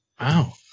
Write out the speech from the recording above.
Wow